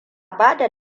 bada